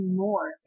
more